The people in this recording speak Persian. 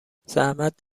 زحمت